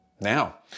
Now